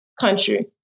country